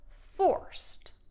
forced